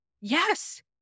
Yes